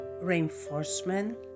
reinforcement